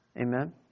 Amen